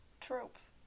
tropes